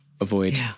avoid